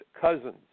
cousins